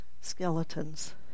skeletons